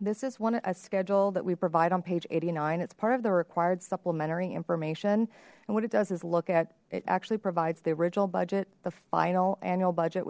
this is one a schedule that we provide on page eighty nine it's part of the required supplementary information and what it does is look at it actually provides the original budget the final annual budget